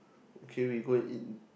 okay we go and eat